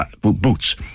boots